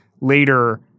later